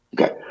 Okay